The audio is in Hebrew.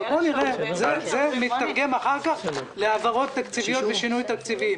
זה מיתרגם אחר כך להעברות תקציביות ושינויים תקציביים.